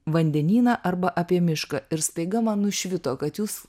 vandenyną arba apie mišką ir staiga man nušvito kad jūs